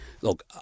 Look